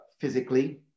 physically